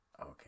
okay